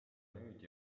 nüüd